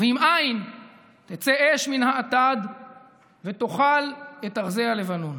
"ואם אין תצא אש מן האטד ותאכל את ארזי הלבנון".